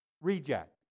Reject